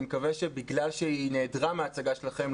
מקווה שבגלל שהיא נעדרה מההצגה שלכם,